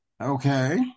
Okay